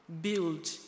build